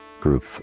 group